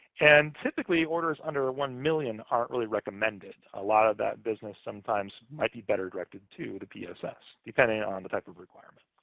and typically orders under one million dollars aren't really recommended. a lot of that business sometimes might be better directed to the pss, depending on the type of requirements.